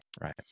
right